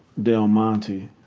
del monte.